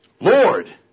Lord